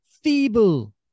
Feeble